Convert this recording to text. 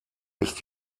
ist